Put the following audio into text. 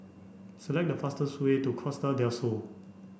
select the fastest way to Costa Del Sol